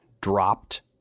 dropped